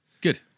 Good